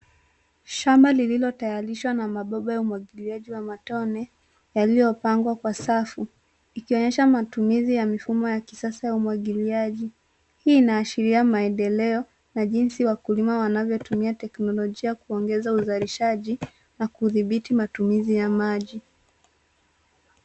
Shamba lililotayarishwa na mabomba ya umwagiliaji wa matone yaliyopangwa kwa safu ikionyesha matumizi ya mafumo ya kisasa wa umwagiliaji. Hii inaashiria maendeleo na jinsi wakulima wanavyotumia teknolojia kuongeza uzalishaji na kudhibiti matumizi ya maji.